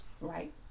right